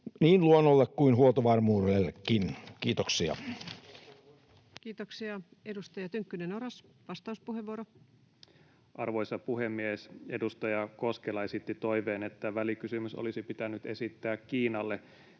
niin luonnolle kuin huoltovarmuudellekin. — Kiitoksia. Kiitoksia. — Edustaja Tynkkynen, Oras, vastauspuheenvuoro. Arvoisa puhemies! Edustaja Koskela esitti toiveen, että välikysymys olisi pitänyt esittää Kiinalle.